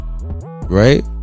Right